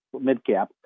mid-cap